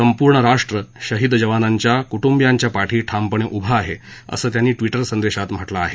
संपूर्ण राष्ट्र शहीद जवानांच्या कुटुंबियांच्या पाठी ठामपणे उभं आहे असं त्यांनी ट्विटर संदेशात म्हटलं आहे